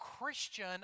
Christian